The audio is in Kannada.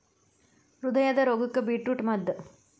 ಹೃದಯದ ರೋಗಕ್ಕ ಬೇಟ್ರೂಟ ಮದ್ದ